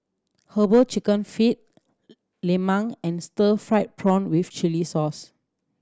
Herbal Chicken Feet lemang and stir fried prawn with chili sauce